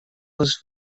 was